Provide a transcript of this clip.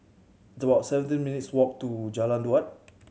it's about seventeen minutes' walk to Jalan Daud